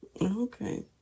Okay